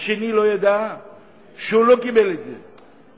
השני לא ידע שהוא לא קיבל את זה,